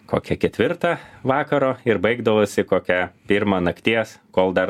kokią ketvirtą vakaro ir baigdavosi kokią pirmą nakties kol dar